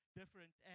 different